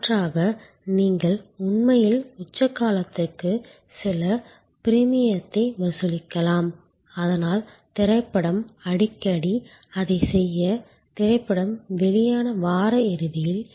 மாற்றாக நீங்கள் உண்மையில் உச்ச காலத்திற்கு சில பிரீமியத்தை வசூலிக்கலாம் அதனால் திரைப்படம் அடிக்கடி அதைச் செய்ய திரைப்படம் வெளியான வார இறுதியில்